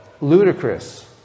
ludicrous